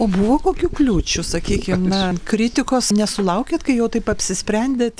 o buvo kokių kliūčių sakykim na kritikos nesulaukėt kai jau taip apsisprendėt